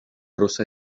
rosa